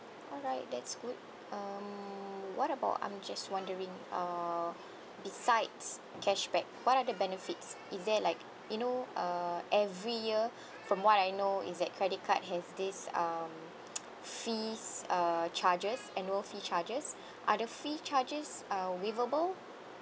alright that's good um what about I'm just wondering uh besides cashback what are the benefits is there like you know uh every year from what I know is that credit card has this um fees uh charges annual fee charges are the fee charges uh waivable